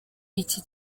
iki